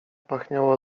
pachniało